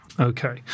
Okay